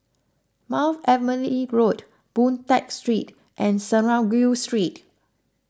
Mount Emily E Road Boon Tat Street and Synagogue Street